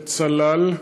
וצלל.